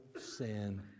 sin